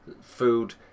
food